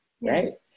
right